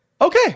okay